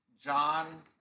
John